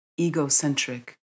egocentric